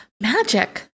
Magic